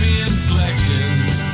inflections